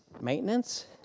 maintenance